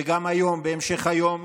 וגם היום בהמשך היום,